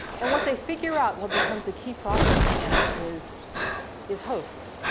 and what they figure out, what becomes a key process for them, is is hosts.